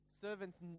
servant's